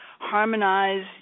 harmonize